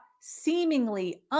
seemingly